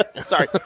Sorry